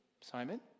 Simon